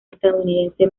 estadounidense